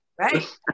Right